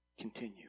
continue